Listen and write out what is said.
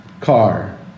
Car